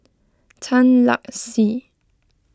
Tan Lark Sye